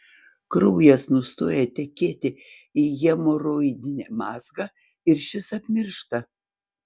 kraujas nustoja tekėti į hemoroidinį mazgą ir šis apmiršta